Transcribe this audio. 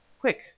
quick